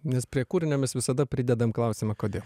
nes prie kūrinio mes visada pridedam klausimą kodėl